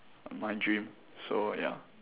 my dream so ya